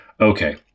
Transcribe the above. okay